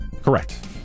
Correct